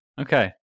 okay